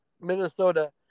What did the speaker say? Minnesota